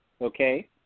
okay